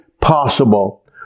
possible